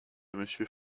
monsieur